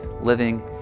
Living